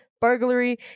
burglary